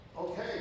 Okay